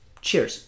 Cheers